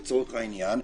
לצורך העניין,